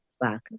back